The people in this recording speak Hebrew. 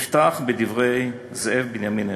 אפתח בדברי זאב בנימין הרצל: